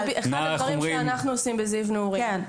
זה אחד הדברים שאנחנו עושים בזיו נעורים,